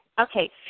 Okay